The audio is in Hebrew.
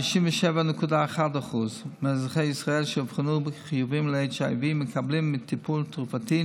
97.1% מאזרחי ישראל שאובחנו כחיוביים ל-HIV מקבלים טיפול תרופתי,